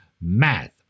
Math